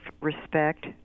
respect